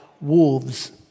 wolves